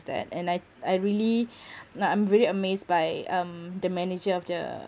that and I I really like I'm really amazed by um the manager of the